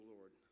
Lord